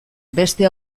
beste